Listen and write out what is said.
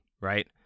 right